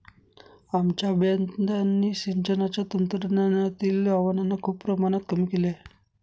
आमच्या अभियंत्यांनी सिंचनाच्या तंत्रज्ञानातील आव्हानांना खूप प्रमाणात कमी केले आहे